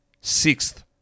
Sixth